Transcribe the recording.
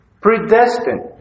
predestined